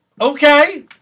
Okay